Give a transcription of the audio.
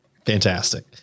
Fantastic